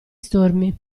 stormi